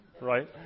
right